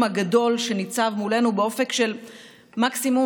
הגדול שניצב מולנו באופק של מקסימום,